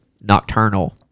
nocturnal